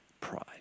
pride